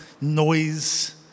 noise